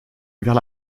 vers